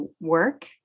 work